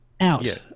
out